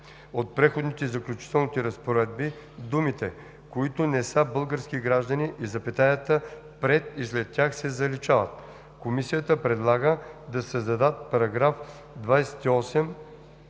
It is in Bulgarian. от Преходните и заключителните разпоредби думите „които не са български граждани“ и запетаята пред и след тях се заличават.“ Комисията предлага да се създадат § 28